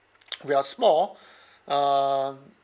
we are small uh